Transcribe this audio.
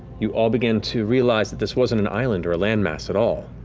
you all begin to realize that this wasn't an island or a landmass at all.